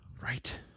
Right